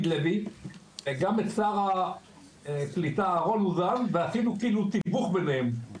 לוי וגם את שר הקליטה אהרון אוזן ועשינו כאילו תיווך ביניהם.